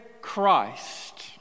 Christ